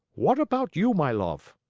what about you, my love?